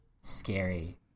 scary